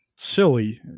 Silly